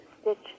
stitch